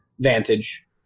Vantage